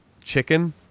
chicken